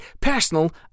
personal